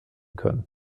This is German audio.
können